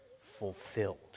fulfilled